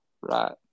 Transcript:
Right